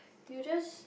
you just